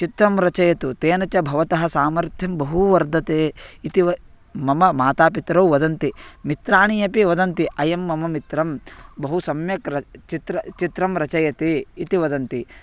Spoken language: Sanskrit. चित्रं रचयतु तेन च भवतः सामर्थ्यं बहु वर्धते इति वा मम मातापितरौ वदन्ति मित्राणि अपि वदन्ति अहं मम मित्रं बहु सम्यक् रच् चित्रं चित्रं रचयति इति वदन्ति